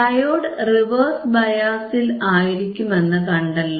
diode reverse ബയാസിൽ ആയിരിക്കുമെന്നു കണ്ടല്ലോ